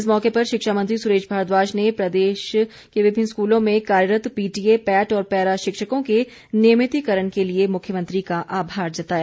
इस मौके पर शिक्षा मंत्री सुरेश भारद्वाज ने प्रदेश विभिन्न स्कूलों में कार्यरत पीटीए पैट और पैरा शिक्षकों के नियमितिकरण के लिए मुख्यमंत्री का आभार जताया